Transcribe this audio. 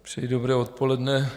Přeji dobré odpoledne.